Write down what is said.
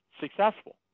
successful